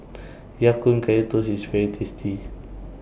Ya Kun Kaya Toast IS very tasty